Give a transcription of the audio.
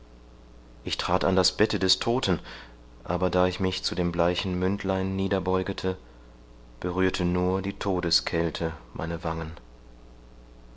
ich trat an das bette des todten aber da ich mich zu dem bleichen mündlein niederbeugete berührte nur die todeskälte meine wangen